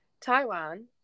Taiwan